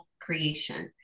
creation